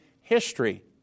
history